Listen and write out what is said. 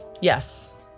Yes